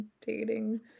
dating